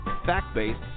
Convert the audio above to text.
fact-based